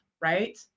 right